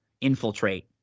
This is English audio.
infiltrate